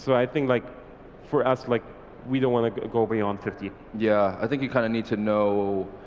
so i think like for us like we don't want to go beyond fifty. yeah i think you kind of need to know,